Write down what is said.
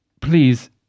please